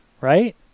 Right